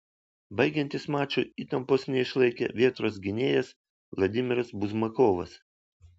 baigiantis mačui įtampos neišlaikė vėtros gynėjas vladimiras buzmakovas